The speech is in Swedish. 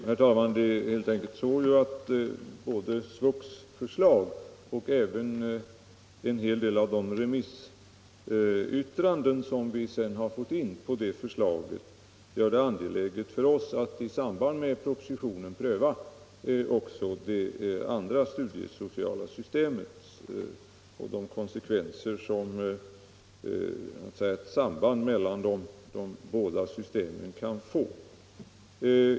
Herr talman! Det är helt enkelt så att både förslaget från SVUX och en hel del av de remissyttranden över det förslaget som vi har fått in gör det angeläget för oss att i samband med propositionen pröva också det andra studiesociala systemet och de konsekvenser som en sammankoppling av de båda systemen kan få.